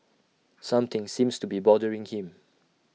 something seems to be bothering him